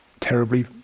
Terribly